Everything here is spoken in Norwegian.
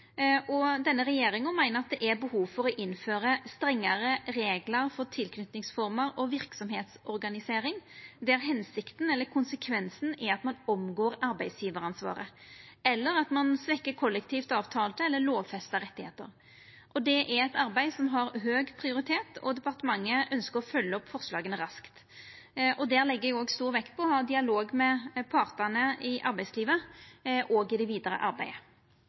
Denne regjeringa meiner at det er behov for å innføra strengare reglar for tilknytingsformer og verksemdsorganisering der hensikta eller konsekvensen er at ein omgår arbeidsgjevaransvaret eller svekkjer kollektivt avtalte eller lovfesta rettar. Det er eit arbeid som har høg prioritet, og departementet ønskjer å følgja opp forslaga raskt. Der legg eg òg stor vekt på å ha ein dialog med partane i arbeidslivet, òg i det vidare arbeidet.